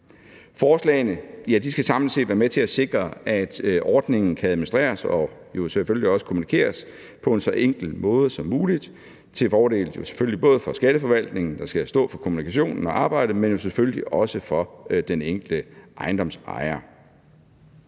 Forslagene skal samlet set være med til at sikre, at ordningen kan administreres og selvfølgelig også kommunikeres på en så enkel måde som muligt til fordel for både skatteforvaltningen, der skal stå for kommunikationen og arbejdet med den, men selvfølgelig også for den enkelte ejendomsejer.